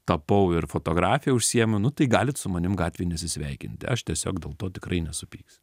tapau ir fotografija užsiimu nu tai galit su manim gatvėj nesisveikinti aš tiesiog dėl to tikrai nesupyksiu